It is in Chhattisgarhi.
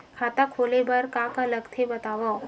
खाता खोले बार का का लगथे बतावव?